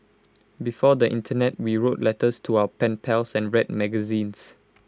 before the Internet we wrote letters to our pen pals and read magazines